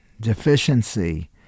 deficiency